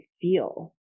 feel